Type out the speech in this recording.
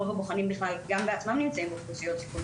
רוב הבוחנים גם בעצמם נמצאים באוכלוסיית סיכון,